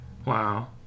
Wow